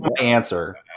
answer